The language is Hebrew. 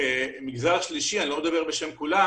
כמגזר שלישי אני לא מדבר בשם כולם